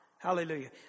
Hallelujah